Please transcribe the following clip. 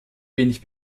wenig